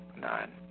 Nine